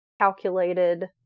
calculated